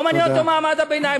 לא מעניין אותו מעמד הביניים,